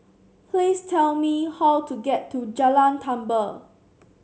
please tell me how to get to Jalan Tambur